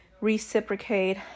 reciprocate